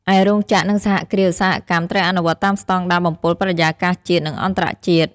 ឯរោងចក្រ និងសហគ្រាសឧស្សាហកម្មត្រូវអនុវត្តតាមស្តង់ដារបំពុលបរិយាកាសជាតិ និងអន្តរជាតិ។